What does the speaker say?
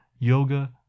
Yoga